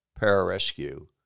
pararescue